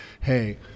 hey